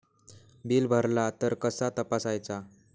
Bill भरला तर कसा तपसायचा?